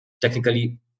Technically